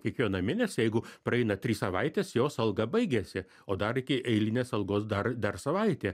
kiekvieną mėnesį jeigu praeina trys savaitės jos alga baigiasi o dar iki eilinės algos dar dar savaitė